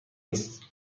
است